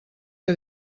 que